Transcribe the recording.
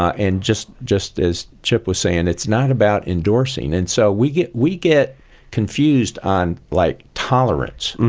ah and just just as chip was saying, it's not about endorsing. and so we get we get confused on like tolerance,